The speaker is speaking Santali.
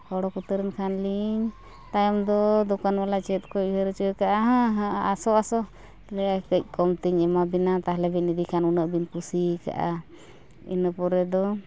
ᱚᱰᱳᱠ ᱩᱛᱟᱹᱨᱮᱱ ᱠᱷᱟᱱ ᱞᱤᱧ ᱛᱟᱭᱚᱢ ᱫᱚ ᱫᱳᱠᱟᱱ ᱵᱟᱞᱟ ᱪᱮᱫ ᱠᱚᱭ ᱩᱭᱦᱟᱹᱨ ᱟᱹᱪᱩᱨ ᱠᱮᱜᱼᱟ ᱦᱮᱸ ᱦᱮᱸ ᱟᱥᱳ ᱟᱥᱳ ᱞᱟᱹᱭᱮᱜᱼᱟ ᱠᱟᱹᱡ ᱠᱚᱢᱛᱮᱧ ᱮᱢᱟ ᱵᱤᱱᱟ ᱛᱟᱦᱚᱞᱮ ᱵᱤᱱ ᱤᱫᱤ ᱠᱷᱟᱱ ᱩᱱᱟᱹᱜ ᱵᱤᱱ ᱠᱩᱥᱤ ᱠᱟᱜᱼᱟ ᱤᱱᱟᱹ ᱯᱚᱨᱮ ᱫᱚ